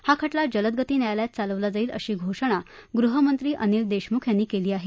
हा खटला जलदगती न्यायालयात चालवला जाईल अशी घोषणा गृहमंत्री अनिल देशमुख यांनी केली आहे